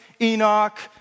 Enoch